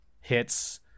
hits